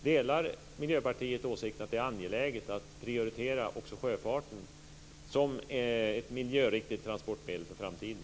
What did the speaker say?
Delar Miljöpartiet åsikten att det är angeläget att prioritera också sjöfarten som ett miljöriktigt transportmedel i framtiden?